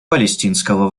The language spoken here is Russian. палестинского